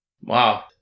Wow